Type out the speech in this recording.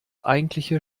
eigentliche